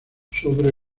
sobre